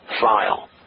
file